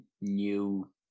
new